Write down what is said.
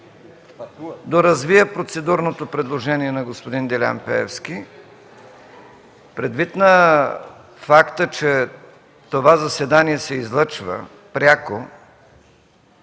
доразвия процедурното предложение на господин Делян Пеевски. Предвид факта, че това заседание се излъчва пряко,